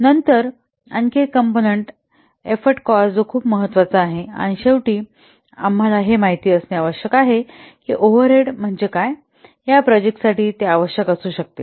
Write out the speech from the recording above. नंतर आणखी एक कॉम्पोनन्ट एफ्फोर्ट कॉस्ट जो खूप महत्वाचा आहे आणि शेवटी आम्हाला हे माहित असणे आवश्यक आहे की ओव्हरहेड म्हणजे काय या प्रोजेक्टासाठी ते आवश्यक असू शकते